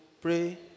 pray